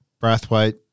Brathwaite